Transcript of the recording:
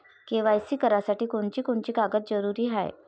KYC करासाठी कोनची कोनची कागद जरुरी हाय?